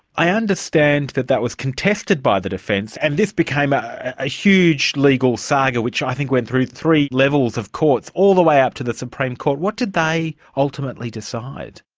i understand that that was contested by the defence. and this became a huge legal saga which i think went through three levels of courts, all the way up to the supreme court. what did they ultimately decide?